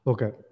Okay